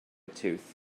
tooth